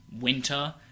winter